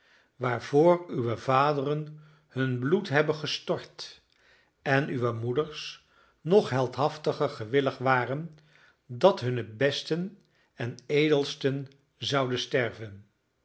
waarvoor uwe vaderen hun bloed hebben gestort en uwe moeders nog heldhaftiger gewillig waren dat hunne besten en edelsten zouden sterven